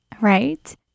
right